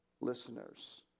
listeners